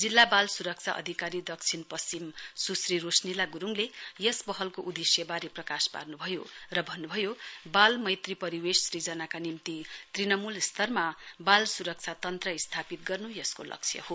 जिल्ला बाल सुरक्षा अधिकारी दक्षिण पश्चिम सुश्री रोशनीला गुरुङले यस पहलको उदेश्यवारे प्रकाश पार्नभयो र भन्नभयो बाल मैत्री परिवेश सुजनाका निम्ति तृणमूल स्तरमा बाल सुरक्षा तन्त्र स्थापित गर्नु यसको लक्ष्य हो